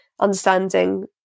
Understanding